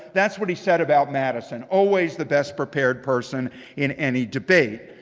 that's what he said about madison. always the best prepared person in any debate.